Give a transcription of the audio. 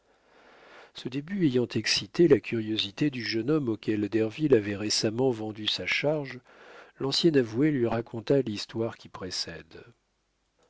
ce début ayant excité la curiosité du jeune homme auquel derville avait récemment vendu sa charge l'ancien avoué lui raconta l'histoire qui précède